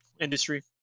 industry